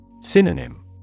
Synonym